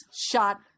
shot